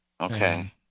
okay